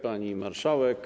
Pani Marszałek!